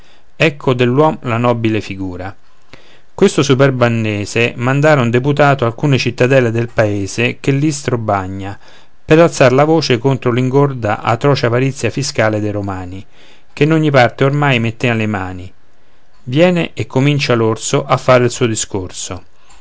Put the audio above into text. ecco dell'uom la nobile figura questo superbo arnese mandaron deputato alcune cittadelle del paese che l'istro bagna per alzar la voce contro l'ingorda atroce avarizia fiscale dei romani che in ogni parte ormai mettean le mani viene e comincia l'orso a fare il suo discorso